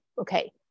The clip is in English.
Okay